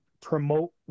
promote